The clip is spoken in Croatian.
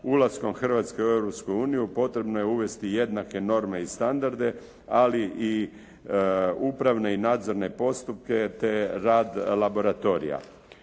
"ulaskom Hrvatske u Europsku uniju potrebno je uvesti jednake norme i standarde, ali i upravne i nadzorne postupke te rad laboratorija".